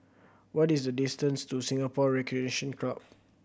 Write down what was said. what is the distance to Singapore Recreation Club